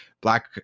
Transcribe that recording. black